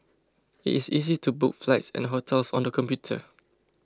it is easy to book flights and hotels on the computer